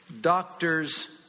Doctors